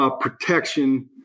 protection